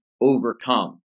overcome